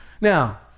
Now